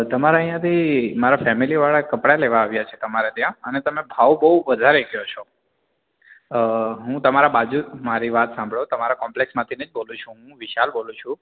તમારા ત્યાંથી મારા ફેમલીવાળા કપડાં લેવા આવ્યાં છે તમારે ત્યાં અને તમે ભાવ બહુ વધારે કહો છો હું તમારા બાજુ મારી વાત સાંભળો તમારા કોમ્પલેક્ષમાંથી ને જ બોલું છું હું વિશાલ બોલું છું